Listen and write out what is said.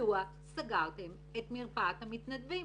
מדוע סגרתם את מרפאת המתנדבים.